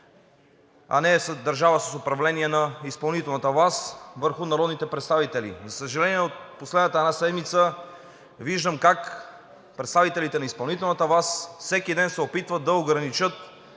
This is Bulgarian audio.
а не е държава с управление на изпълнителната власт върху народните представители. За съжаление, от последната една седмица виждам как представителите на изпълнителната власт всеки ден се опитват да ограничат